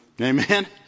Amen